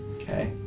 Okay